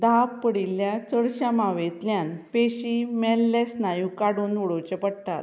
दाब पडिल्ल्या चडशा मावेंतल्यान पेशी मेल्ले स्नायू काडून उडोवचे पडटात